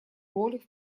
роль